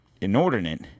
inordinate